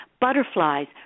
butterflies